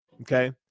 okay